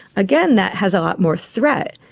again that has a lot more threat,